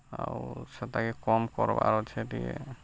ଆଉ ସେତାକେ କମ୍ କର୍ବାର୍ ଅଛେ ଟିକେ